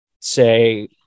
say